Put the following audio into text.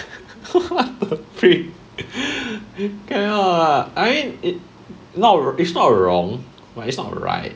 cannot lah I mean it's not wrong but it's not right